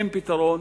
אין פתרון.